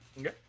Okay